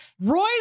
Roy's